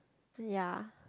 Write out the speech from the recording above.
ya